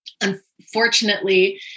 Unfortunately